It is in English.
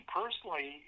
personally